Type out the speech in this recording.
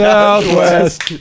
Southwest